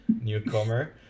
newcomer